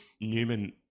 Newman